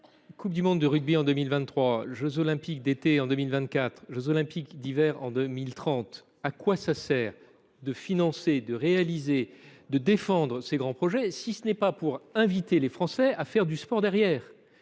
Coupe du monde de rugby en 2023, jeux Olympiques d’été en 2024, jeux Olympiques d’hiver en 2030 : à quoi cela sert il de financer, de réaliser, de défendre ces grands projets si ce n’est pas pour inciter les Français à faire du sport ?